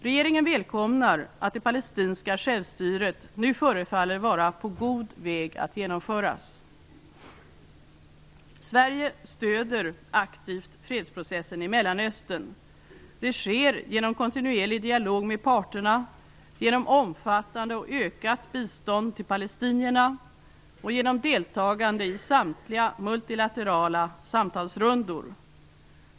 Regeringen välkomnar att det palestinska självstyret nu förefaller vara på god väg att genomföras. Sverige stöder aktivt fredsprocessen i Mellanöstern. Det sker genom kontinuerlig dialog med parterna, genom omfattande och ökat bistånd till palestinierna och genom deltagande i samtliga multilaterala samtalsrundor.